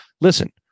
Listen